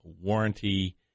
warranty